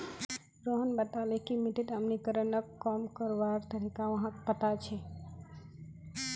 रोहन बताले कि मिट्टीत अम्लीकरणक कम करवार तरीका व्हाक पता छअ